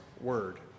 word